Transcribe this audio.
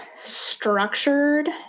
structured